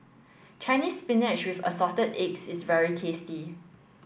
Chinese spinach with assorted eggs is very tasty